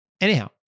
Anyhow